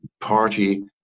party